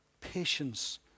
patience